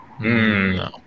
No